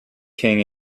king